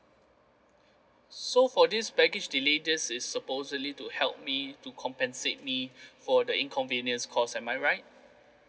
so for this baggage delay this is supposedly to help me to compensate me for the inconvenience caused am I right